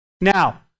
now